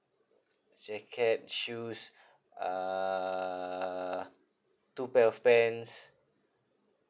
jacket shoes uh two pair of pants